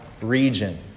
region